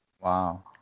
Wow